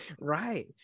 right